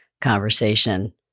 conversation